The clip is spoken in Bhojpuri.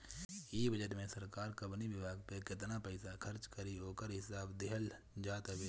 इ बजट में सरकार कवनी विभाग पे केतना पईसा खर्च करी ओकर हिसाब दिहल जात हवे